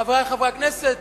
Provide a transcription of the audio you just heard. חברי חברי הכנסת,